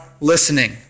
listening